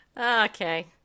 Okay